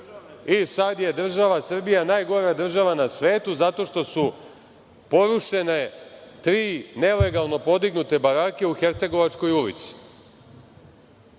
Sada je država Srbija najgora država na svetu zato što su porušene tri nelegalno podignute barake u Hercegovačkoj ulici,